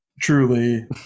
Truly